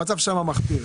המצב שם מחפיר.